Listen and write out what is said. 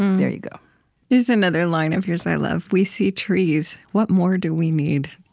there you go here's another line of yours i love we see trees. what more do we need?